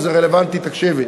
היושב-ראש, זה רלוונטי, תקשיב לי,